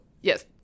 yes